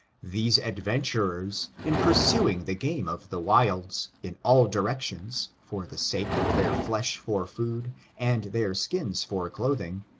these adventurers, in pursuing the game of the wilds, in all directions, for the sake of their flesh for food, and their skins for clothing,